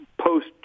post